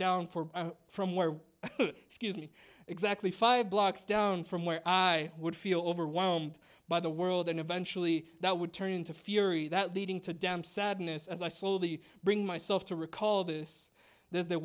down for from where excuse me exactly five blocks down from where i would feel overwhelmed by the world and eventually that would turn into fury that leading to damn sadness as i slowly bring myself to recall this the